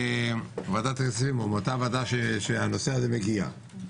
ועדת הכספים או אותה ועדה שהנושא הזה מגיע אליה.